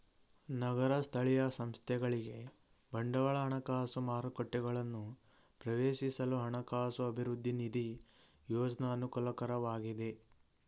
ನಗರ ಸ್ಥಳೀಯ ಸಂಸ್ಥೆಗಳಿಗೆ ಬಂಡವಾಳ ಹಣಕಾಸು ಮಾರುಕಟ್ಟೆಗಳನ್ನು ಪ್ರವೇಶಿಸಲು ಹಣಕಾಸು ಅಭಿವೃದ್ಧಿ ನಿಧಿ ಯೋಜ್ನ ಅನುಕೂಲಕರವಾಗಿದೆ